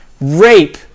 rape